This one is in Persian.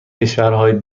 کشورهای